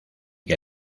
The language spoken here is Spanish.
que